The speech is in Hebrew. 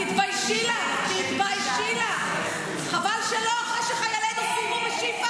תתעלמו, פוגעת בחיילי צה"ל.